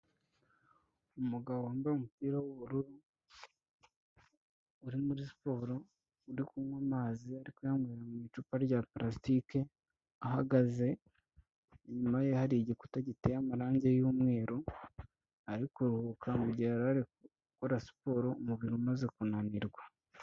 Umugabo wambaye umupira w'ubururu, uri muri siporo, uri kunywa amazi uri kuyanywera mu icupa rya parasitike ahagaze, inyuma ye hari igikuta giteye amarangi y'umweru, ari kuruhuka mu gihe yarari gukora siporo, umubiri umaze kunanirwa.